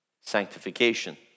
Sanctification